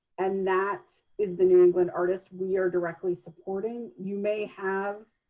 and that is the new england artist we are directly supporting. you may have,